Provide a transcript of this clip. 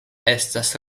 estas